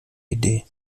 idee